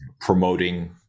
promoting